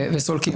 וסולקים.